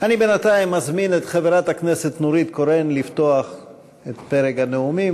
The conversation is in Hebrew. אני בינתיים אזמין את חברת הכנסת נורית קורן לפתוח את פרק הנאומים.